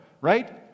right